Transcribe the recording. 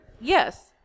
yes